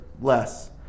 less